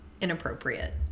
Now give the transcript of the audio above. inappropriate